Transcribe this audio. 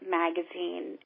magazine